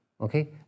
okay